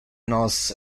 nos